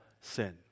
sin